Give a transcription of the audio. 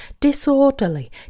disorderly